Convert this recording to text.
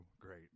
great